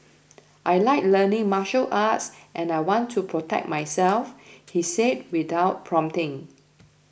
I like learning martial arts and I want to protect myself he said without prompting